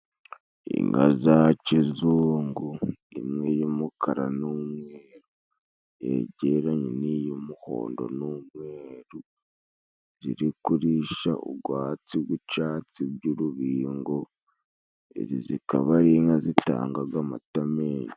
Inka za kizungu, imwe y'umukara n'umweru yegeranye n'iy'umuhondo n'umweru, ziri kurisha ugwatsi gw'icyatsi by'urubingo ,izi zikaba ari inka zitangaga amata menshi.